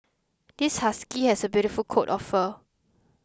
this husky has a beautiful coat of fur